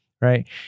Right